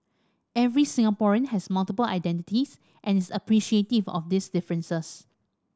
every Singaporean has multiple identities and is appreciative of these differences